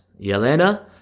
yelena